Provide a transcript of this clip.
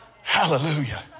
Hallelujah